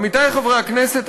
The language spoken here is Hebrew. עמיתי חברי הכנסת,